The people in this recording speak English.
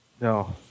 no